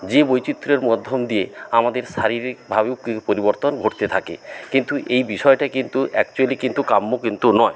যে বৈচিত্র্যের মধ্য দিয়ে আমাদের শারীরিক ভাবেও কিছু পরিবর্তন ঘটতে থাকে কিন্তু এই বিষয়টা কিন্তু অ্যাকচ্যুয়ালি কিন্তু কাম্য কিন্তু নয়